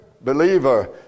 believer